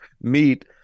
meet